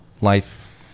life